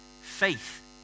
faith